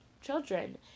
children